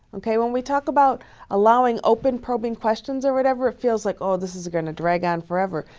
okay, when we talk about allowing open probing questions or whatever, it feels like, oh this is gonna drag on forever,